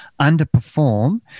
underperform